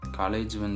college